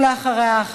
ואחריה,